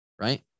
right